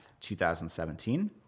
2017